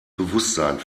bewusstsein